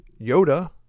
Yoda